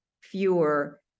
fewer